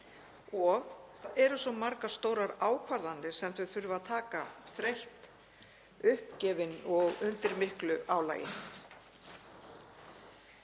Það eru svo margar stórar ákvarðanir sem þau þurfa að taka, þreytt, uppgefin og undir miklu álagi.